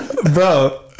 bro